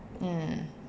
mm